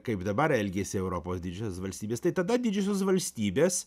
kaip dabar elgėsi europos didžiosios valstybės tai tada didžiosios valstybės